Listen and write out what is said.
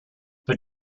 but